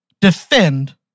defend